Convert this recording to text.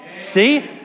See